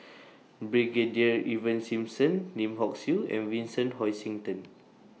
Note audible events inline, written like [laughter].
[noise] Brigadier Ivan Simson Lim Hock Siew and Vincent Hoisington